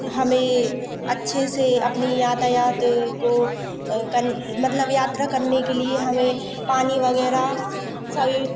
हमें अच्छे से अपने यातायात को कन मतलब यात्रा करने के लिए हमें पानी वगैरा सभी